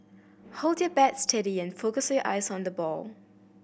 hold your bat steady and focus your eyes on the ball